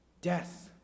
death